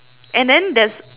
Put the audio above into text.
and then there's